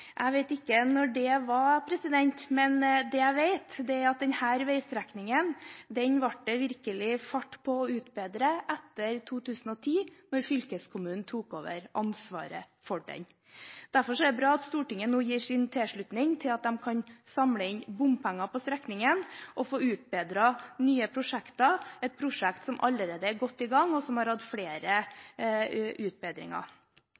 Jeg vet ikke når det var, men det jeg vet, er at denne veistrekningen ble det virkelig fart på å utbedre etter 2010, da fylkeskommunen tok over ansvaret for den. Derfor er det bra at Stortinget nå gir sin tilslutning til at de kan samle inn bompenger på strekningen og få utbedret nye prosjekt – et prosjekt som allerede er godt i gang, og som har hatt